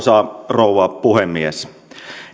rouva puhemies